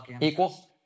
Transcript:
equal